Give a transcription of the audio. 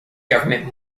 government